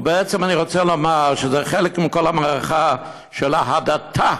בעצם אני רוצה לומר שזה חלק מכל המערכה של ה"הדתה",